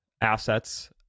assets